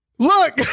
Look